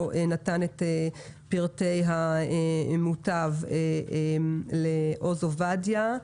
הזה ולא נתן את פרטי המוטב לעוז עובדיה.